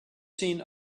seen